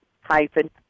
hyphen